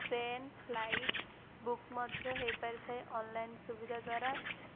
train flight book ମଧ୍ୟ ହୋଇପାରିଥାଏ online ସୁବିଧା ଦ୍ୱାରା